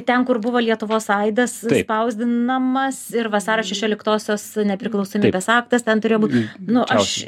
ten kur buvo lietuvos aidas spausdinamas ir vasario šešioliktosios nepriklausomybės aktas ten turėjo būt nu aš